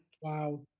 Wow